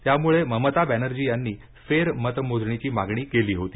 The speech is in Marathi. त्यामुळे ममता बॅनर्जी यांनी फेरमतमोजणीची मागणी केली होती